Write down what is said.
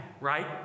right